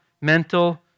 mental